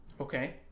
Okay